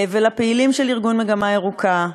ולפעילים של ארגון "מגמה ירוקה",